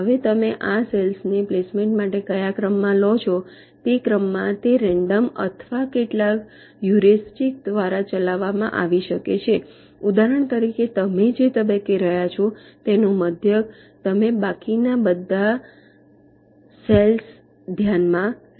હવે તમે આ સેલ્સ ને પ્લેસમેન્ટ માટે કયા ક્રમમાં લો છો તે ક્રમમાં તે રેન્ડમ અથવા કેટલાક હ્યુરિસ્ટિક્સ દ્વારા ચલાવવામાં આવી શકે છે ઉદાહરણ તરીકે તમે જે તબક્કે રહ્યા છો તેનો મઘ્યક તમે બાકીના બધા સેલ્સ ધ્યાનમાં લો